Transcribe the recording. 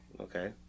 Okay